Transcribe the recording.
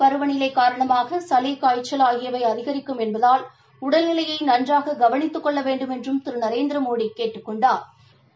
பருவநிலை காரணமாக சளி காய்ச்சல் ஆகியவை அதிகரிக்கும் என்பதால் உடல்நிலையை நன்றாக கவனித்துக் கொள்ள வேண்டுமென்றும் திரு நரேந்திரமோடி கேட்டுக் கொண்டாா்